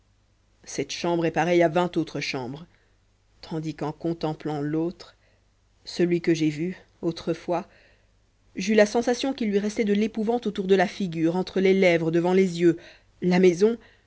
cette chambre est pareille à vingt autres chambres tandis qu'en contemplant l'autre celui que j'ai vu autrefois j'eus la sensation qu'il lui restait de l'épouvante autour de la figure entre les lèvres devant les yeux la maison